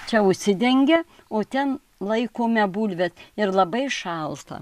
čia užsidengia o ten laikome bulve ir labai šalta